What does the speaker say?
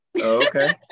Okay